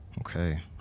Okay